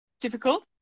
difficult